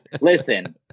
Listen